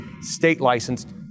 state-licensed